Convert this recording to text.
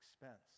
expense